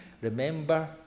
Remember